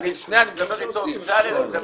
בצלאל, אני מדבר איתו.